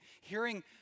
hearing